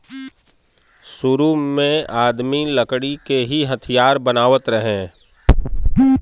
सुरु में आदमी लकड़ी के ही हथियार बनावत रहे